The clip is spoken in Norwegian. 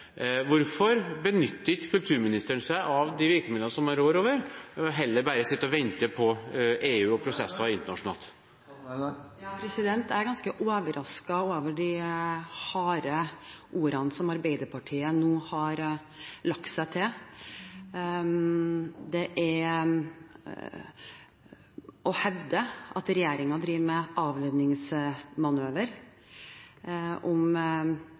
Hvorfor benytter ikke kulturministeren seg av de virkemidlene som hun rår over, men heller bare sitter og venter på EU og prosesser internasjonalt? Jeg er ganske overrasket over de harde ordene som Arbeiderpartiet nå har lagt seg til. Det å hevde at regjeringen driver med avledningsmanøver